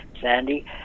Sandy